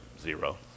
zero